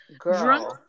Drunk